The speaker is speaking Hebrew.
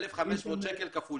1,500 שקל כפול